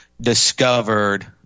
discovered